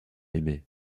aimait